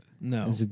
No